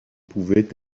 pouvaient